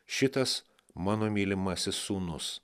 šitas mano mylimasis sūnus